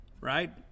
Right